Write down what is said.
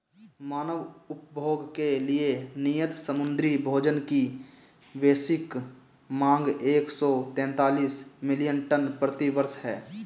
मानव उपभोग के लिए नियत समुद्री भोजन की वैश्विक मांग एक सौ तैंतालीस मिलियन टन प्रति वर्ष है